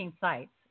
sites